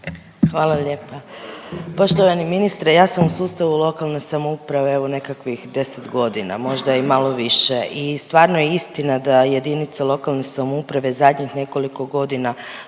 Hvala lijepo. Poštovani ministre ja sam u sustavu lokalne samouprave evo nekakvih 10 godina možda i malo više i stvarno je istina da jedinice lokalne samouprave zadnjih nekoliko godina